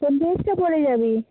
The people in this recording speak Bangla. কোন ড্রেসটা পরে যাবি